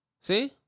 See